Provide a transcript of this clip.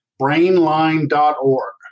BrainLine.org